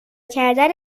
کردن